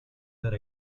that